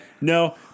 no